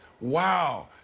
wow